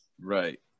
Right